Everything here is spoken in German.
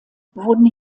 wurden